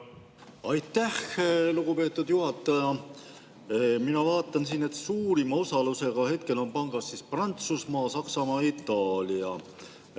Aitäh, lugupeetud juhataja! Mina vaatan siin, et suurima osalusega on pangas Prantsusmaa, Saksamaa, Itaalia